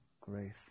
grace